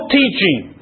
teaching